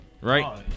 Right